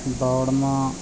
ਦੌੜਨਾ